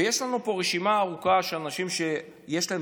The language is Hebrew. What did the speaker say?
ויש לנו פה רשימה ארוכה של אנשים שיש להם